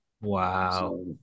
wow